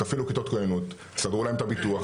תפעילו כיתות כוננות, תסדרו להם את הביטוח.